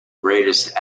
greatest